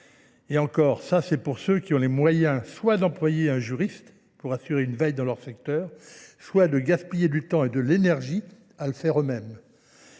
Et encore, ça c'est pour ceux qui ont les moyens soit d'employer un juriste pour assurer une veille dans leur secteur, soit de gaspiller du temps et de l'énergie à le faire eux-mêmes.